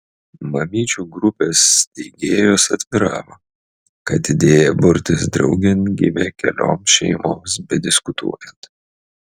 mamyčių grupės steigėjos atviravo kad idėja burtis draugėn gimė kelioms šeimoms bediskutuojant